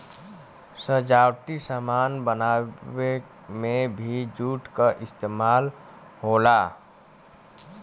सजावटी सामान बनावे में भी जूट क इस्तेमाल होला